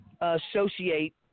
associate